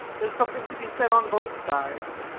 there's something to be said on both sides.